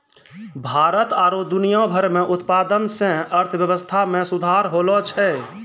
भारत आरु दुनिया भर मे उत्पादन से अर्थव्यबस्था मे सुधार होलो छै